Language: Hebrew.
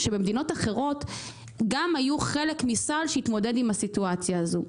שבמדינות אחרות גם היו חלק מסל שהתמודד עם הסיטואציה הזאת.